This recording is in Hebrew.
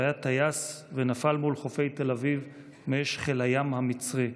שהיה טייס ונפל מול חופי תל אביב מאש חיל הים המצרי.